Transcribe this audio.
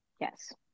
Yes